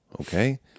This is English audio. Okay